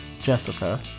Jessica